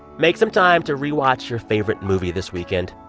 make some time to rewatch your favorite movie this weekend.